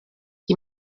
qui